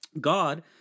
God